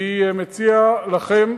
אני מציע לכם,